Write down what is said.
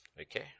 Okay